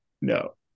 no